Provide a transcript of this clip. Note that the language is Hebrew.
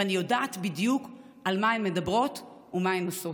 ואני יודעת בדיוק על מה הן מדברות ומה הן עושות.